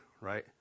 right